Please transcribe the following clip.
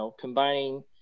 combining